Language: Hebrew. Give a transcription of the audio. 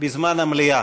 בזמן המליאה.